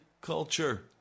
culture